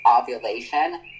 ovulation